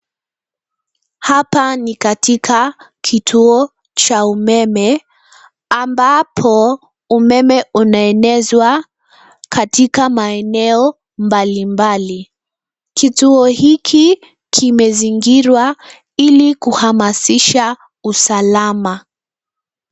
Hapa ni katika kituo cha umeme ambapo umeme unaenezwa katika maeneo mbalimbali. Kituo hiki, kimezingirwa ili kuhamasisha usalama.